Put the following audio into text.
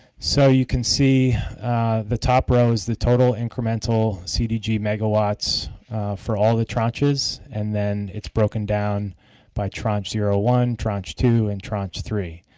so you can see the top row is the total incremental cdg megawatts for all the tranches and then it's broken down by tranche zero, one, tranche two and tranche three.